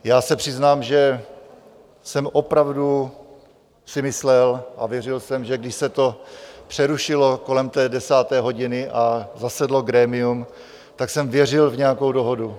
Já se přiznám, že jsem si opravdu myslel a věřil jsem, že když se to přerušilo kolem té desáté hodiny a zasedlo grémium, tak jsem věřil v nějakou dohodu.